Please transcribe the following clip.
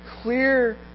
clear